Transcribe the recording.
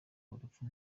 urupfu